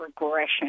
regression